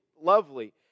Lovely